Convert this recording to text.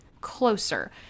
closer